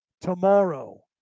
tomorrow